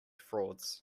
frauds